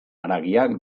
haragia